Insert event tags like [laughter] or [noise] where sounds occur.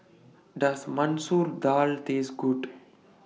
[noise] Does Masoor Dal Taste Good